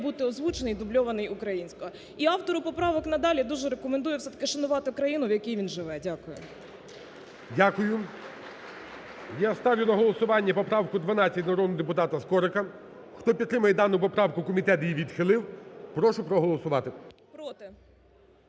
бути озвучений і дубльований українською. І автору поправок надалі дуже рекомендую все-таки шанувати країну, в якій він живе. Дякую. ГОЛОВУЮЧИЙ. Дякую. Я ставлю на голосування поправку номер 12 народного депутата Скорика. Хто підтримує дану поправку – комітет її відхилив – прошу проголосувати.